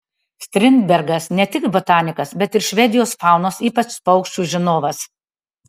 strindbergas ne tik botanikas bet ir švedijos faunos ypač paukščių žinovas